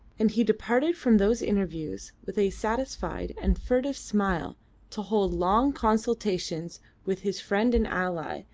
and he departed from those interviews with a satisfied and furtive smile to hold long consultations with his friend and ally,